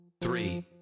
three